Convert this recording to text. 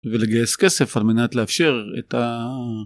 ולגייס כסף על מנת לאפשר את ה...